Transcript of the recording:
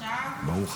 מעל